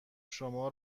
شما